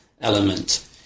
element